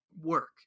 work